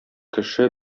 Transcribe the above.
кеше